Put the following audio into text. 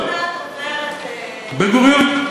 הוא עוד מעט עובר את, בן-גוריון.